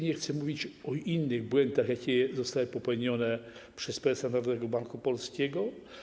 Nie chcę mówić o innych błędach, jakie zostały popełnione przez prezesa Narodowego Banku Polskiego.